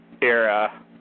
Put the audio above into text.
era